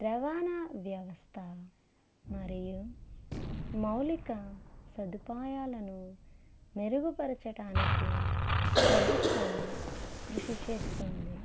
రవాణా వ్యవస్థ మరియు మౌలిక సదుపాయాలను మెరుగు పరచటానికి ప్రభుత్వం కృషి చేస్తుంది